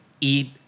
eat